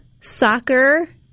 soccer